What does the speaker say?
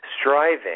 striving